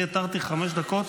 אני התרתי חמש דקות.